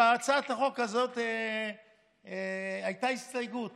בהצעת החוק הזאת הייתה הסתייגות